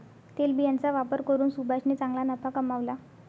तेलबियांचा व्यापार करून सुभाषने चांगला नफा कमावला